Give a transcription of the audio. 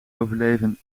overleven